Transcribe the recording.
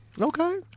Okay